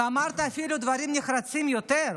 ואמרת אפילו דברים נחרצים יותר: